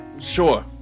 sure